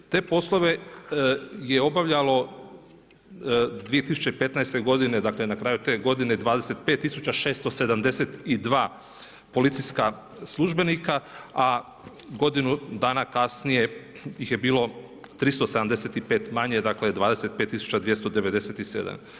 Te poslove je obavljalo 2015. godine, dakle na kraju te godine 25672 policijska službenika, a godinu dana kasnije ih je bilo 375 manje, dakle 25297.